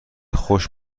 خوش